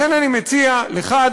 לכן אני מציע לך,